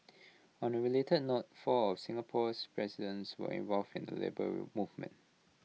on A related note four of Singapore's presidents were involved in the Labour Movement